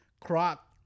crop